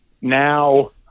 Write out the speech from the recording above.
now